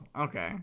okay